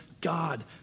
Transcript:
God